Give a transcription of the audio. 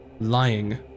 lying